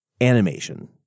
animation